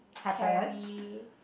carry